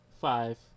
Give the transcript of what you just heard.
five